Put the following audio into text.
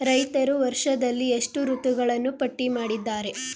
ರೈತರು ವರ್ಷದಲ್ಲಿ ಎಷ್ಟು ಋತುಗಳನ್ನು ಪಟ್ಟಿ ಮಾಡಿದ್ದಾರೆ?